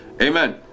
Amen